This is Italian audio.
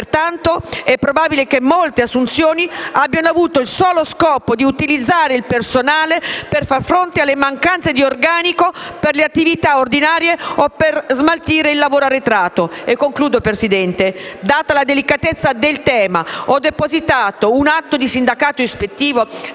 Pertanto, è probabile che molte assunzioni abbiano avuto il solo scopo di utilizzare il personale per far fronte alle mancanze di organico per le attività ordinarie o per smaltire il lavoro arretrato. Data la delicatezza del tema, ho inoltre depositato un atto di sindacato ispettivo